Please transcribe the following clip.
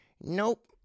Nope